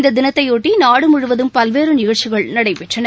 இந்த தினத்தையொட்டி நாடு முழுவதும் பல்வேறு நிகழ்ச்சிகள் நடைபெற்றன